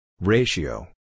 Ratio